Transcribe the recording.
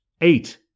eight